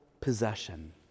possession